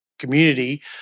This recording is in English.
community